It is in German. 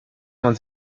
man